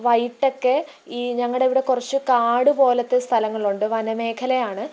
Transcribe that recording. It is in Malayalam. വൈകിട്ടൊക്കെ ഈ ഞങ്ങളുടെ അവിടെ കുറച്ച് കാട് പോലത്തെ സ്ഥലങ്ങളുണ്ട് വന മേഖലയാണ്